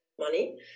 money